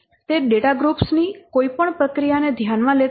તે data groups ની કોઈપણ પ્રક્રિયાને ધ્યાનમાં લેતા નથી